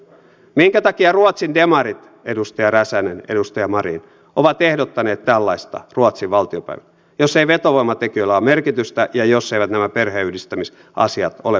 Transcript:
minkä takia ruotsin demarit edustaja räsänen edustaja marin ovat ehdottaneet tällaista ruotsin valtiopäivillä jos ei vetovoimatekijöillä ole merkitystä ja jos nämä perheenyhdistämisasiat eivät ole vetovoimatekijöitä